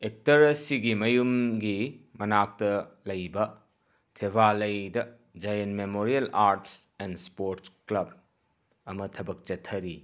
actor ꯑꯁꯤꯒꯤ ꯃꯌꯨꯝꯒꯤ ꯃꯅꯥꯛꯇ ꯂꯩꯕ ꯊꯦꯚꯥꯜꯂꯩꯗ Jayan memorial arts and sports club ꯑꯃ ꯊꯕꯛ ꯆꯠꯊꯔꯤ